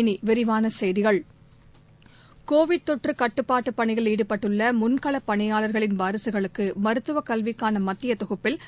இனிவிரிவானசெய்கிகள் Covid தொற்றுகட்டுப்பாட்டுபணியில் ஈடுபட்டுள்ளமுன்களப் பணியாளர்களின் வாரிசுளுக்குமருத்துவகல்விக்கானமத்தியதொகுப்பில்